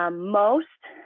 um most,